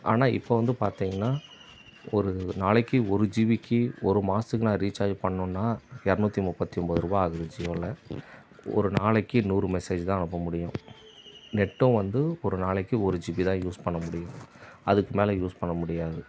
ஆனால் இப்போது வந்து பார்த்தீங்கன்னா ஒரு நாளைக்கு ஒரு ஜிபிக்கு ஒரு மாதத்துக்கு நான் ரீசார்ஜ் பண்ணணுனால் இரநூத்தி முப்பத்தி ஒம்பது ரூபாய் ஆகுது ஜியோவில் ஒரு நாளைக்கு நூறு மெசேஜ் தான் அனுப்ப முடியும் நெட்டும் வந்து ஒரு நாளைக்கு ஒரு ஜிபி தான் யூஸ் பண்ண முடியும் அதுக்கு மேல் யூஸ் பண்ண முடியாது